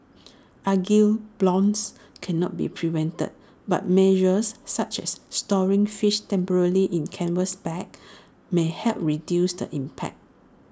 algal blooms cannot be prevented but measures such as storing fish temporarily in canvas bags may help reduce the impact